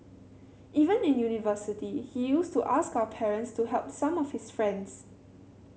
even in university he used to ask our parents to help some of his friends